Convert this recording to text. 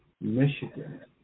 Michigan